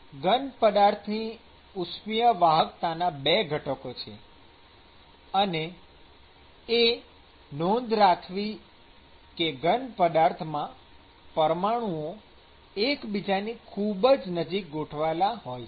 ઘન પદાર્થની ઉષ્મિય વાહકતાના ૨ ઘટકો છે અને એ નોંધ રાખવી કે ઘન પદાર્થમાં પરમાણુઓ એકબીજાની ખૂબ જ નજીક ગોઠવાયેલા હોય છે